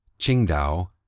Qingdao